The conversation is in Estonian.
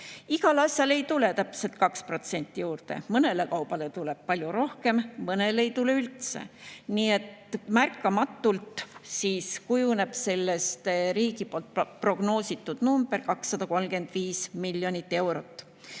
Igale asjale ei tule täpselt 2% juurde, mõnele kaubale tuleb palju rohkem, mõnele ei tule üldse. Märkamatult kujuneb sellest riigi poolt prognoositud number 235 miljonit eurot.